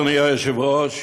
אדוני היושב-ראש,